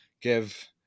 give